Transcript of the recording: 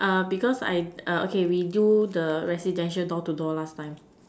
because I okay we do the residential door to door last time